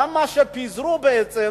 גם מה שפיזרו, בעצם